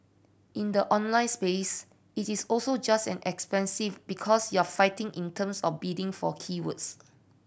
in the online space it is also just as expensive because you're fighting in terms of bidding for keywords